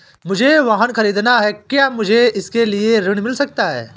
मुझे वाहन ख़रीदना है क्या मुझे इसके लिए ऋण मिल सकता है?